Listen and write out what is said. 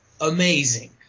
amazing